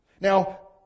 Now